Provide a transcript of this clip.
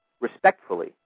respectfully